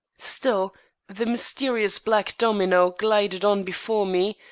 still the mysterious black domino glided on before me,